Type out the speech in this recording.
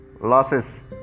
losses